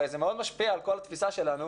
הרי זה מאוד משפיע על כל התפיסה שלנו,